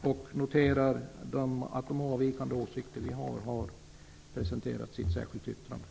Jag noterar att våra avvikande åsikter har presenterats i ett särskilt yttrande.